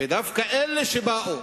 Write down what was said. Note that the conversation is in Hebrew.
ודווקא אלה שבאו